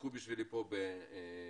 מצאו בשבילי פה ביד-2